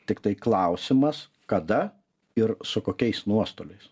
tiktai klausimas kada ir su kokiais nuostoliais